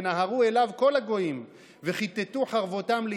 תכפיל אותם, תחלק אותם,